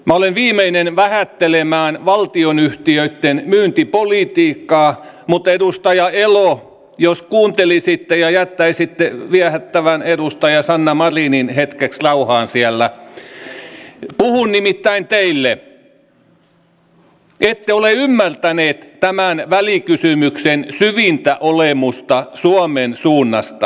minä olen viimeinen vähättelemään valtionyhtiöitten myyntipolitiikkaa mutta edustaja elo jos kuuntelisitte ja jättäisitte viehättävän edustaja sanna marinin hetkeksi rauhaan siellä puhun nimittäin teille ette ole ymmärtänyt tämän välikysymyksen syvintä olemusta suomen suunnasta